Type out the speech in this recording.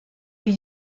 wie